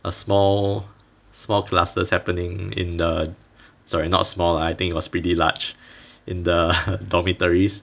a small small clusters happening in the sorry not small ah I think it was pretty large in the dormitories